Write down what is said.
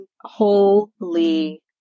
Holy